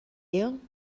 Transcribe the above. you